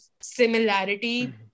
similarity